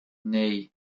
nee